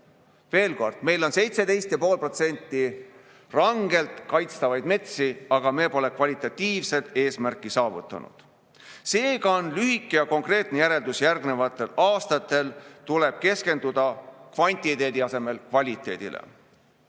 Veel kord: meil on 17,5% rangelt kaitstavaid metsi, aga me pole kvalitatiivset eesmärki saavutanud. Seega on lühike ja konkreetne järeldus: järgnevatel aastatel tuleb keskenduda kvantiteedi asemel kvaliteedile. Selle